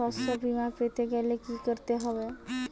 শষ্যবীমা পেতে গেলে কি করতে হবে?